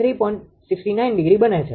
69° બને છે